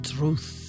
Truth